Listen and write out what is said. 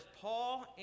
Paul